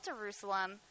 Jerusalem